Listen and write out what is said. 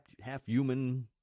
half-human